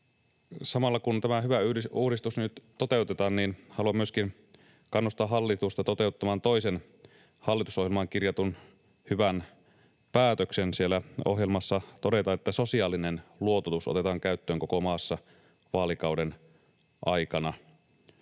Samalla, kun tämä hyvä uudistus nyt toteutetaan, haluan myöskin kannustaa hallitusta toteuttamaan toisen hallitusohjelmaan kirjatun hyvän päätöksen. Siellä ohjelmassa todetaan, että sosiaalinen luototus otetaan käyttöön koko maassa vaalikauden aikana.